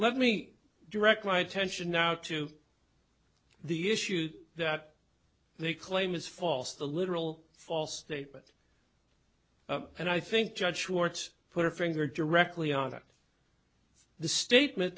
let me direct my attention now to the issue that the claim is false the literal false statement and i think judge schwartz put her finger directly on that the statement